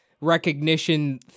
recognition